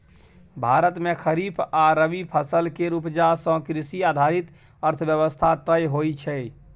भारत मे खरीफ आ रबी फसल केर उपजा सँ कृषि आधारित अर्थव्यवस्था तय होइ छै